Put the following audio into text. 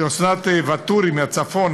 לאסנת ואתורי מהצפון,